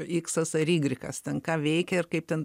iksas ar ygrekas ten ką veikė ir kaip ten